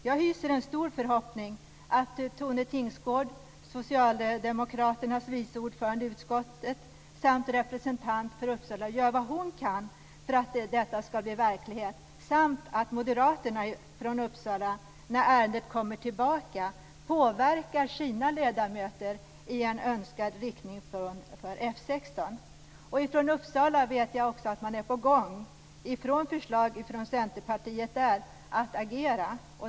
Jag hyser en stor förhoppning att Tone Tingsgård, socialdemokraternas vice ordförande i utskottet samt representant för Uppsala, gör vad hon kan för att detta ska bli verklighet samt att moderaterna från Uppsala, när ärendet kommer tillbaka, påverkar sina ledamöter i en för F 16 önskad riktning. Jag vet också att man i Uppsala är på gång att agera med förslag från Centerpartiet där.